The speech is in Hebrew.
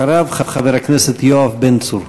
אחריו, חבר הכנסת יואב בן צור.